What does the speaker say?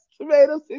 tomatoes